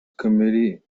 committee